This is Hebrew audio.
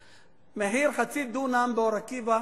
אור-עקיבא, מחיר חצי דונם באור-עקיבא